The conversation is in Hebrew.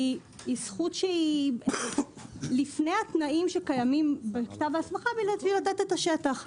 שהיא לפני התנאים שקיימים בכתב ההסמכה כדי לתת את השטח.